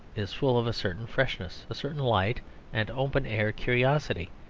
is full of a certain freshness, a certain light and open-air curiosity,